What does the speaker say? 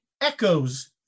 echoes